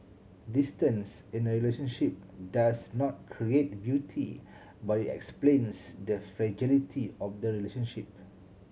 distance in a relationship does not create beauty but it explains the fragility of the relationship